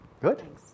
Good